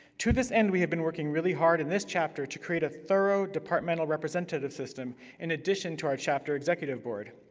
to this end, we have been working really hard in this chapter to create a thorough departmental representative system in addition to our chapter executive board.